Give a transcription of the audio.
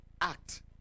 Act